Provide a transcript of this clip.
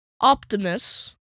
Optimus